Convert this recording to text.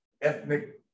ethnic